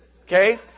Okay